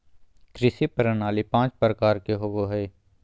कृषि प्रणाली पाँच प्रकार के होबो हइ